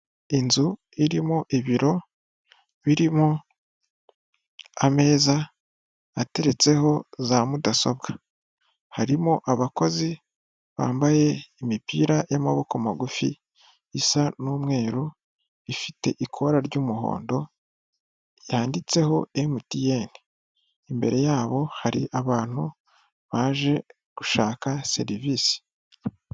Inzu irimo ibiro, birimo ameza ateretseho za mudasobwa. Harimo abakozi bambaye imipira y'amaboko magufi, isa n'umweru, ifite ikora ry'umuhondo, yanditseho MTN. Imbere yabo hari abantu baje gushaka serivisi.